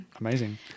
Amazing